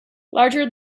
larger